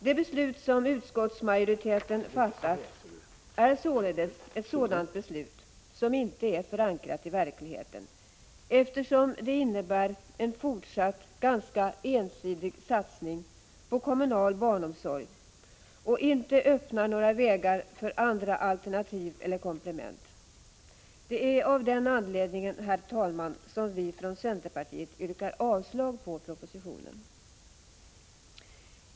Utskottsmajoritetens beslut att tillstyrka propositionen är således ett beslut som inte är förankrat i verkligheten, eftersom det innebär en fortsatt ganska ensidig satsning på kommunal barnomsorg och inte öppnar några vägar för andra alternativ eller komplement. Det är av den anledningen, herr talman, som vi ifrån centerpartiet yrkar avslag på propositionen.